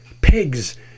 pigs